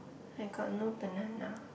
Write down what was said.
I got no banana